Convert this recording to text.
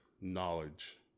knowledge